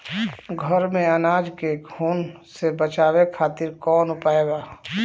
घर में अनाज के घुन से बचावे खातिर कवन उपाय बा?